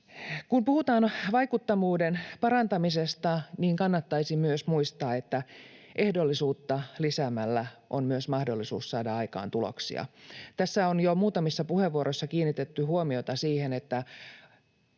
Kun puhutaan vaikuttavuuden parantamisesta, niin kannattaisi muistaa, että ehdollisuutta lisäämällä on myös mahdollisuus saada aikaan tuloksia. Tässä on jo muutamissa puheenvuoroissa kiinnitetty huomiota siihen, että